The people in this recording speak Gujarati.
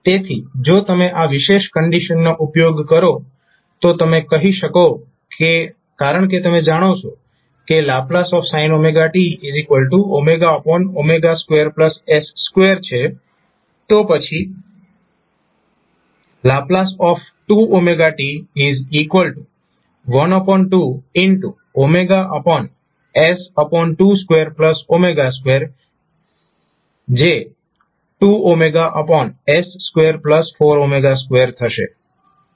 તેથી જો તમે આ વિશેષ કંડીશનનો ઉપયોગ કરો તો તમે કહી શકો કે કારણ કે તમે જાણો છો કે ℒ sin t2s2છે તો પછી ℒ sin 2t12222s242થશે